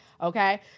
Okay